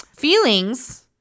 Feelings